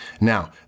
Now